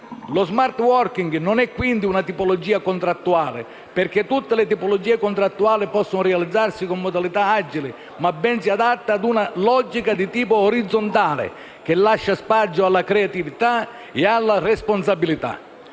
Lo *smart working* non è quindi una tipologia contrattuale perché tutte le tipologie contrattuali possono realizzarsi con modalità agili ma ben si adatta ad una logica di tipo orizzontale, che lascia spazio alla creatività e alla responsabilità.